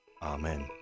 Amen